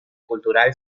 cultural